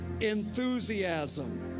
enthusiasm